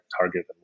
Target